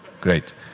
Great